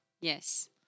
Yes